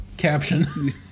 caption